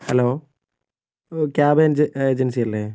hello ഓ cab age ഏജൻസിയല്ലേ